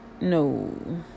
no